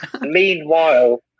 Meanwhile